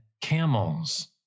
camels